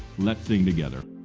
let's sing together.